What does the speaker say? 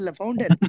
founder